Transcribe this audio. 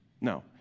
No